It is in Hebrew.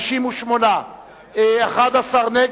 התש"ע 2010,